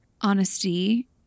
honesty